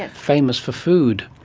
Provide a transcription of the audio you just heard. and famous for food.